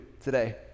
today